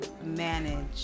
manage